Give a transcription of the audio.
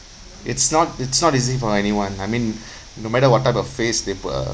it's not it's not easy for anyone I mean no matter what type of face they put uh